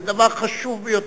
זה דבר חשוב ביותר,